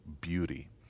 beauty